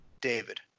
David